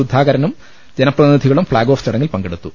സുധാകരനും ജനപ്രതിനിധികളും flag off ചടങ്ങിൽ പങ്കെടുത്തു